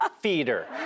feeder